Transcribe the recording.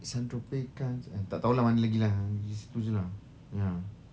saint-tropez cannes and tak tahu mana lagi lah situ jer lah